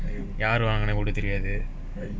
யாருவாங்குனாகூடதெரியாது:yaaru vaankunaa kooda theriyaathu